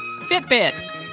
Fitbit